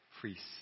priests